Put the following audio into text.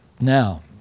now